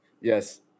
Yes